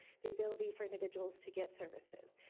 the ability for individuals to get services.